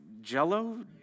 jello